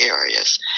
areas